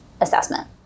assessment